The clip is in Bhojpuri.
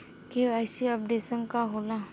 के.वाइ.सी अपडेशन का होला?